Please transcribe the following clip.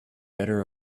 better